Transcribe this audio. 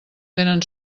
tenen